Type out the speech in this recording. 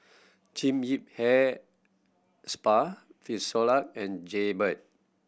Jean Yip Hair Spa Frisolac and Jaybird